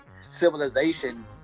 civilization